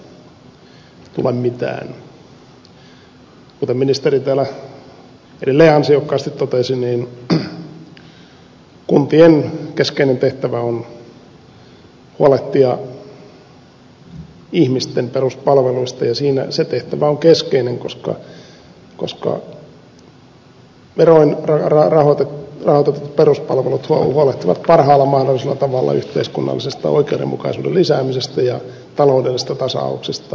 kuten ministeri täällä edelleen ansiokkaasti totesi kuntien keskeinen tehtävä on huolehtia ihmisten peruspalveluista ja se tehtävä on keskeinen koska veroin rahoitetut peruspalvelut huolehtivat parhaalla mahdollisella tavalla yhteiskunnallisesta oikeudenmukaisuuden lisäämisestä ja taloudellisesta tasauksesta